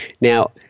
Now